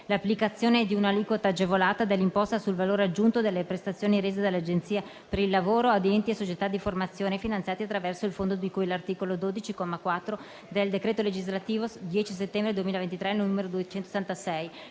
l'applicazione di un'aliquota agevolata dell'imposta sul valore aggiunto per le prestazioni rese alle Agenzie per il Lavoro da enti e società di formazione, finanziati attraverso il fondo di cui all'articolo 12, comma 4, del decreto legislativo 10 settembre 2003, n. 276,